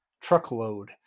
truckload